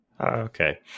Okay